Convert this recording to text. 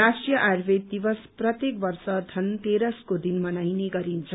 राष्ट्रीय आयुर्वेद दिवस प्रति वर्ष धनतेरसको दिन मनाइने गरिन्छ